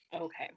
Okay